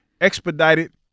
expedited